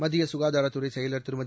மத்திய சுகாதாரத் துறை செயலர் திருமதி